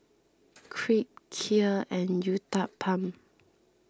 Crepe Kheer and Uthapam